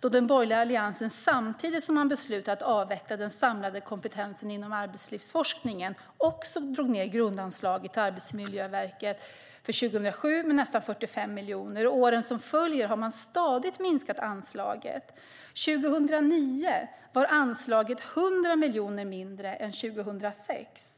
då den borgerliga alliansen samtidigt som man beslutade att avveckla den samlade kompetensen inom arbetslivsforskningen också drog ned grundanslaget till Arbetsmiljöverket för 2007 med nästan 45 miljoner. Under åren som följde minskade man stadigt anslaget. År 2009 var anslaget 100 miljoner lägre än 2006.